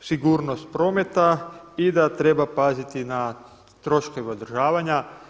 sigurnost prometa i da treba paziti na troškove održavanja.